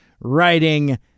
writing